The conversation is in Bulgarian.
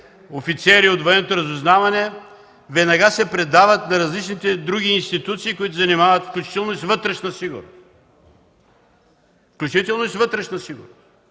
офицери от Военното разузнаване, веднага се предават на различните други институции, които се занимават, включително и с вътрешна сигурност. Защото тези съпътстващи данни